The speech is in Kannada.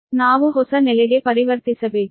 ಆದ್ದರಿಂದ ನಾವು ಹೊಸ ನೆಲೆಗೆ ಪರಿವರ್ತಿಸಬೇಕು